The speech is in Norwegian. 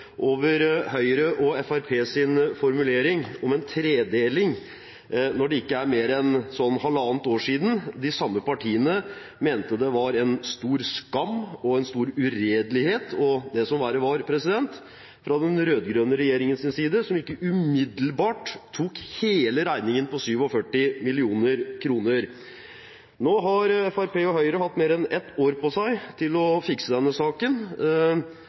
over Høyre og Fremskrittspartiets formulering om en tredeling, når det ikke er mer enn ca. halvannet år siden de samme partiene mente det var en stor skam og en stor uredelighet og det som verre var, fra den rød-grønne regjeringens side, som ikke umiddelbart tok hele regningen på 47 mill. kr. Nå har Fremskrittspartiet og Høyre hatt mer enn ett år på seg til å fikse denne saken.